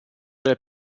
del